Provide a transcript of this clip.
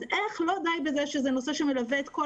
אז איך לא די בכך שזה נושא שמלווה את כל